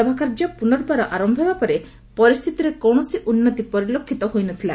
ସଭା କାର୍ଯ୍ୟ ପ୍ରନର୍ବାର ଆରମ୍ଭ ହେବା ପରେ ପରିସ୍ଥିତିରେ କୌଣସି ଉନ୍ତି ପରିଲକ୍ଷିତ ହୋଇନଥିଲା